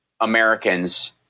Americans